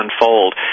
unfold